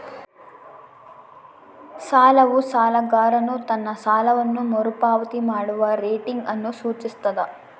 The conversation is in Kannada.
ಸಾಲವು ಸಾಲಗಾರನು ತನ್ನ ಸಾಲವನ್ನು ಮರುಪಾವತಿ ಮಾಡುವ ರೇಟಿಂಗ್ ಅನ್ನು ಸೂಚಿಸ್ತದ